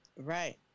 Right